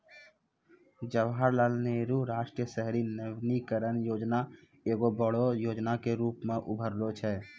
जवाहरलाल नेहरू राष्ट्रीय शहरी नवीकरण योजना एगो बड़ो योजना के रुपो मे उभरलो छै